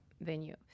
venue